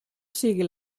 sigui